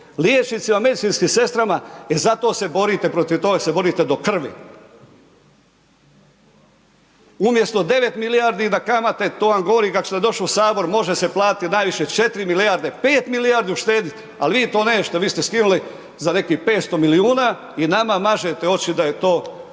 liječnicima i medicinskim sestrama, e zato se borite, protiv toga se borite do krvi, umjesto 9 milijardi na kamate, to vam govorim kako sam došo u HS može se platiti najviše 4 milijarde, 5 milijardi uštedit, al vi to nećete, vi ste skinuli za nekih 300 milijuna i nama mažete oči da je to